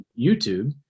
youtube